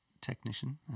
technician